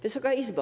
Wysoka Izbo!